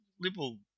Liberal